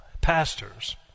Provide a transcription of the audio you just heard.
pastors